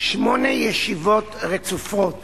שמונה ישיבות רצופות